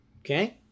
Okay